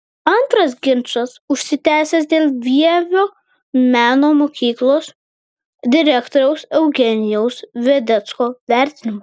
antras ginčas užsitęsė dėl vievio meno mokyklos direktoriaus eugenijaus vedecko vertinimo